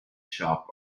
shop